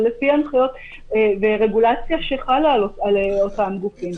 לפי הנחיות ורגולציה שחלה על אותם גופים.